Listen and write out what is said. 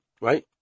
right